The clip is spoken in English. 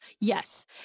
Yes